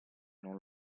non